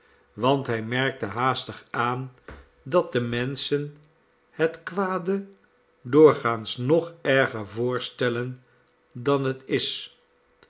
want hij merkte haastig aan dat de menschen het kwade doorgaans nog erger voorstellen dan het is